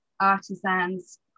artisans